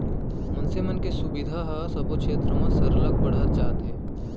मनसे मन के सुबिधा ह सबो छेत्र म सरलग बढ़त जात हे